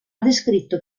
descritto